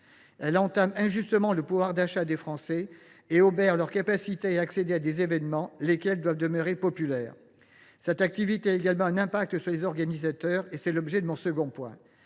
Elle entame injustement le pouvoir d’achat des Français et obère leur capacité à accéder à des événements qui doivent demeurer populaires. Cette activité a également un impact sur les organisateurs. L’article L. 333 1 du code